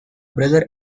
brother